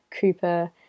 Cooper